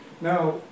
Now